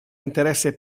interesse